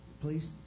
please